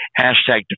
hashtag